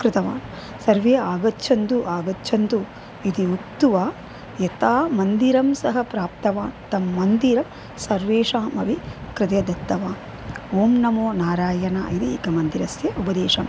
कृतवान् सर्वे आगच्छन्तु आगच्छन्तु इति उक्त्वा यदा मन्दिरं सः प्राप्तवान् तं मन्दिर सर्वेषामपि कृते दत्तवान् ओम् नमो नारायण इति एकं मन्त्रस्य उपदेशम्